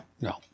no